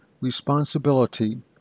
responsibility